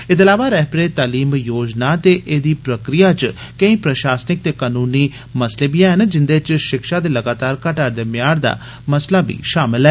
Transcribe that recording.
एह्दे अलावा रहबरे तालीम योजना ते एह्दी प्रक्रिया च केई प्रशासनिक ते कानूनी मसले बी ऐन जिंदे च शिक्षा दे लगातार घटा'रदे मय्यार दा मसला बी शामिल ऐ